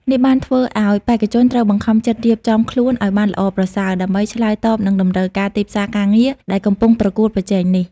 នេះបានធ្វើឲ្យបេក្ខជនត្រូវបង្ខំចិត្តរៀបចំខ្លួនឲ្យបានល្អប្រសើរ ដើម្បីឆ្លើយតបនឹងតម្រូវការទីផ្សារការងារដែលកំពុងប្រកួតប្រជែងនេះ។